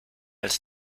als